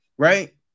right